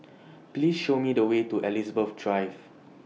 Please Show Me The Way to Elizabeth Drive